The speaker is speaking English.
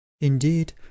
Indeed